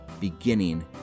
beginning